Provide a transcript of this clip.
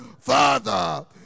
Father